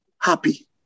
happy